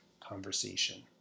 conversation